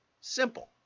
Simple